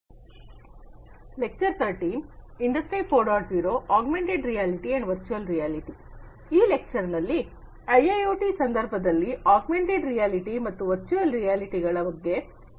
ಈ ಉಪನ್ಯಾಸದಲ್ಲಿ ಐಐಒಟಿ ಸಂದರ್ಭದಲ್ಲಿ ಆಗ್ಮೆಂಟೆಡ್ ರಿಯಾಲಿಟಿ ಮತ್ತು ವರ್ಚುಯಲ್ ರಿಯಾಲಿಟಿಗಳ ಬಗ್ಗೆ ಕಲಿಯೋಣ